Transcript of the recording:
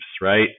Right